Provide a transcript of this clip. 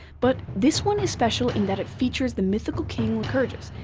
but this one is special in that it features the mythical king lycurgus,